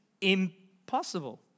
impossible